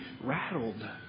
rattled